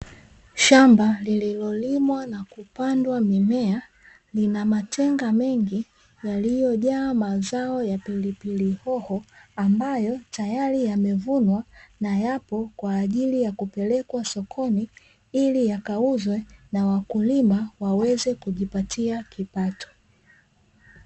Shamba lililolimwa na kupandwa mimea lina matenga mengi yaliyojaa mazao ya pilipili hoho, ambayo tayari yamevunwa na yapo kwa ajili ya kupelekwa sokoni ili yakauzwe na wakulima waweze kujipatia kipato.